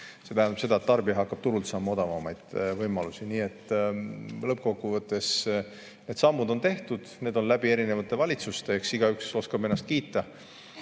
See tähendab seda, et tarbija hakkab turult saama odavamaid võimalusi. Nii et lõppkokkuvõttes need sammud on tehtud, need on [tehtud] erinevate valitsuste ajal. Eks igaüks oskab ennast kiita